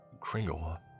Kringle